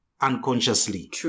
unconsciously